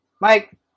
Mike